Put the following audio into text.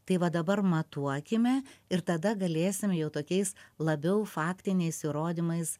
tai va dabar matuokime ir tada galėsim jau tokiais labiau faktiniais įrodymais